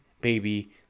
baby